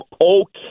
okay